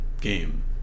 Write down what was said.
Game